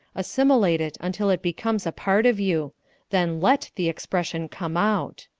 assimilate it until it becomes a part of you then let the expression come out.